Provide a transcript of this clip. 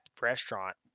restaurant